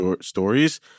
stories